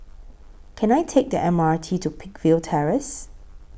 Can I Take The M R T to Peakville Terrace